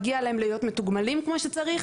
מגיע להם להיות מתוגמלים כמו שצריך,